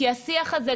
כי השיח הזה,